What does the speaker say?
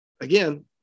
again